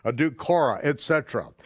ah duke korah, et cetera.